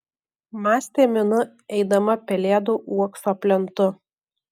mąstė minu eidama pelėdų uokso plentu